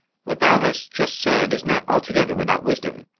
what thou hast just said is not altogether without wisdom,